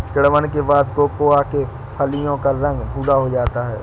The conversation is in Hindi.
किण्वन के बाद कोकोआ के फलियों का रंग भुरा हो जाता है